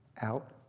out